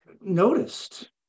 noticed